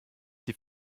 die